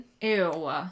Ew